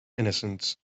innocence